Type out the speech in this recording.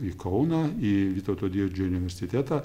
į kauną į vytauto didžiojo universitetą